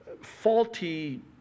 faulty